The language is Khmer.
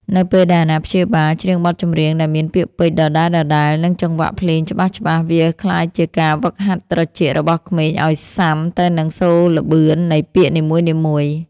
នៅពេលដែលអាណាព្យាបាលច្រៀងបទចម្រៀងដែលមានពាក្យពេចន៍ដដែលៗ និងចង្វាក់ភ្លេងច្បាស់ៗ វាក្លាយជាការហ្វឹកហាត់ត្រចៀករបស់ក្មេងឱ្យស៊ាំទៅនឹងសូរល្បឿននៃពាក្យនីមួយៗ។